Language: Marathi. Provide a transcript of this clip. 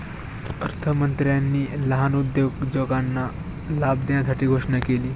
अर्थमंत्र्यांनी लहान उद्योजकांना लाभ देण्यासाठी घोषणा केली